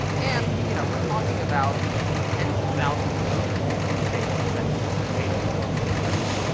and we're you know we're talking about tens of thousands of voters in two states, essentially, that changed the course of the election,